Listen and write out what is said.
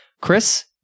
Chris